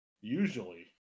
Usually